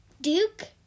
Duke